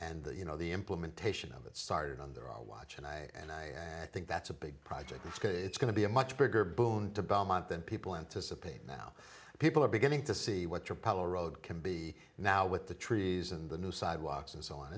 and you know the implementation of it started on there are watch and i and i think that's a big project because it's going to be a much bigger boon to belmont than people anticipated now people are beginning to see what your pal road can be now with the trees and the new sidewalks and so on